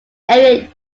area